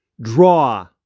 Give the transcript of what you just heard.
draw